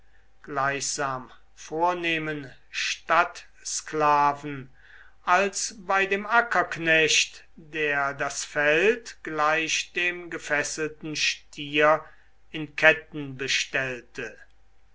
gleichsam vornehmen stadtsklaven als bei dem ackerknecht der das feld gleich dem gefesselten stier in ketten bestellte